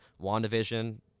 WandaVision